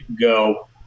go